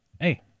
Hey